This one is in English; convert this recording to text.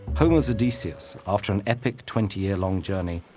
homer's odysseus, after an epic twenty year long journey,